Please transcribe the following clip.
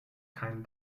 kein